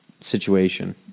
situation